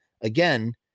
again